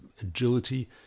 agility